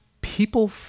People